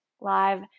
live